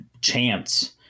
chance